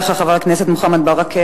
תודה רבה לך, חבר הכנסת מוחמד ברכה.